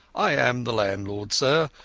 ai am the landlord, sir,